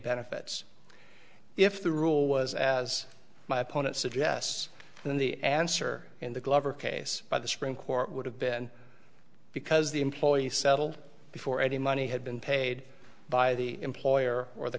benefits if the rule was as my opponent suggests then the answer in the glover case by the supreme court would have been because the employee settled before any money had been paid by the employer or the